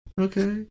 Okay